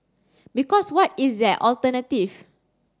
because what is their alternative